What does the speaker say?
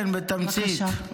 כן, בתמצית.